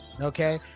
Okay